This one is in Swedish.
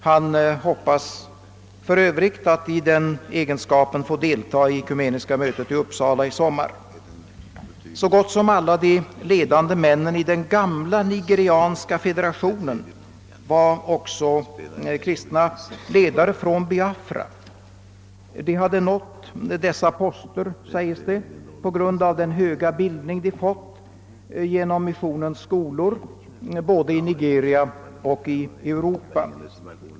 Han hoppas för övrigt att i den egenskapen få deltaga i ekumeniska mötet i Uppsala i sommar. Så gott som alla de ledande männen i den gamla nigerianska federationen var också kristna ledare från Biafra. De hade nått dessa poster, sägs det, tack vare den höga bildning de fått genom missionens skolor både i Nigeria och i Europa.